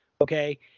okay